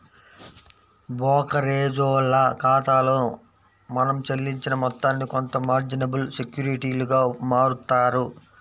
బోకరేజోల్ల ఖాతాలో మనం చెల్లించిన మొత్తాన్ని కొంత మార్జినబుల్ సెక్యూరిటీలుగా మారుత్తారు